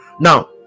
now